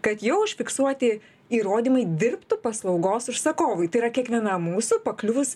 kad jo užfiksuoti įrodymai dirbtų paslaugos užsakovui tai yra kiekvienam mūsų pakliuvus